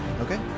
Okay